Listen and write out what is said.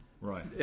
Right